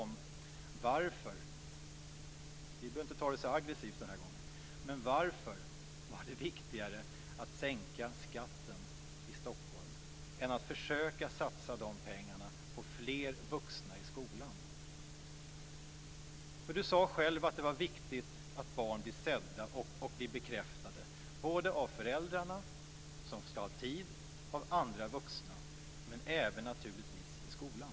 Vi behöver inte ta det så aggressivt den här gången. Varför var det viktigare att sänka skatten i Stockholm än att försöka satsa pengarna på fler vuxna i skolan? Alf Svensson sade själv att det är viktigt att barn blir sedda och bekräftade både av föräldrarna, som ska ha tid, och av andra vuxna - och även naturligtvis i skolan.